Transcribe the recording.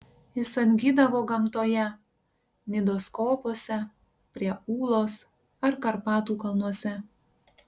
jis atgydavo gamtoje nidos kopose prie ūlos ar karpatų kalnuose